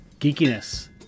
geekiness